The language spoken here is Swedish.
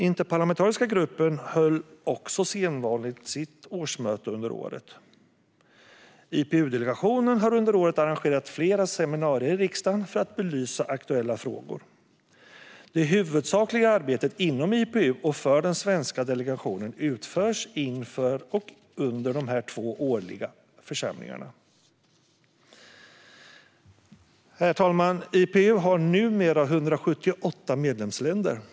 Interparlamentariska gruppen höll också sitt sedvanliga årsmöte under året. IPU-delegationen har under året arrangerat flera seminarier i riksdagen för att belysa aktuella frågor. Det huvudsakliga arbetet inom IPU och för den svenska delegationen utförs inför och under de två årliga församlingarna. Herr talman! IPU har numera 178 medlemsländer.